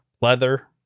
leather